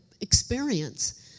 experience